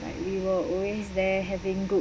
like we were always there having good